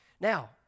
Now